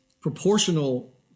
proportional